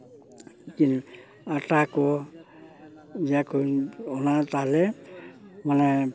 ᱟᱴᱟ ᱠᱚ ᱤᱭᱟᱹ ᱠᱚ ᱚᱱᱟ ᱛᱟᱦᱚᱞᱮ ᱢᱟᱱᱮ